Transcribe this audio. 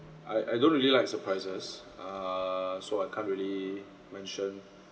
I I don't really like surprises err so I can't really mention